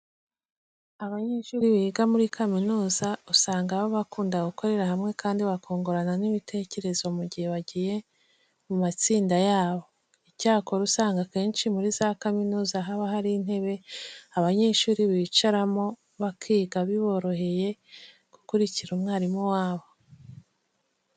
Abanyeshuri biga muri kaminuza usanga baba bakunda gukorera hamwe kandi bakungurana n'ibitekerezo mu gihe bagiye mu matsinda yabo. Icyakora usanga akenshi muri za kaminuza haba hari intebe aba banyeshuri bicaramo bakiga biboroheye gukurikira umwarimu wabo.